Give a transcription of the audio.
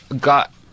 Got